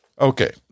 Okay